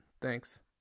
thanks